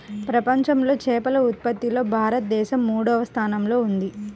ప్రపంచంలో చేపల ఉత్పత్తిలో భారతదేశం మూడవ స్థానంలో ఉంది